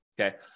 okay